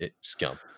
scum